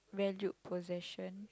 valued possession